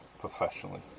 professionally